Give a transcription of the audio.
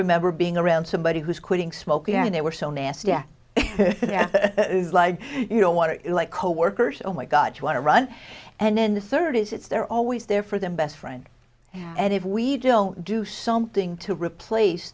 remember being around somebody who's quitting smoking and they were so nasty you don't want it like coworkers oh my god you want to run and then the third is it's they're always there for them best friend and if we don't do something to replace